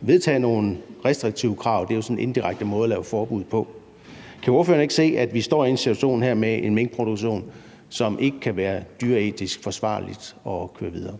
vedtage nogle restriktive krav, sådan er en indirekte måde at lave et forbud på. Kan ordføreren ikke se, at vi står i en situation her med en minkproduktion, som det ikke kan være dyreetisk forsvarligt at køre videre?